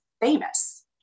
famous